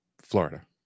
Florida